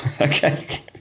okay